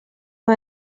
nhw